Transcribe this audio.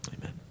Amen